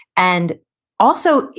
and also,